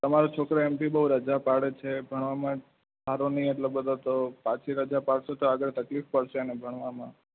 તમારો છોકરો એમ બી બોવ રજા પાડે છે ભણવામાં સારો નય એટલો બધો તો આટલી રજા પાડશો તો આગળ તકલીફ પડશે એને ભણવામાં